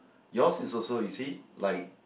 yours is also you see like